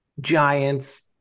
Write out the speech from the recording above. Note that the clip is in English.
Giants